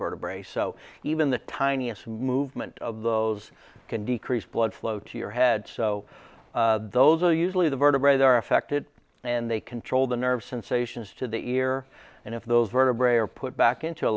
vertebrae so even the tiniest movement of those can decrease blood flow to your head so those are usually the vertebrae that are affected and they control the nerve sensations to the ear and if those vertebrae are put back into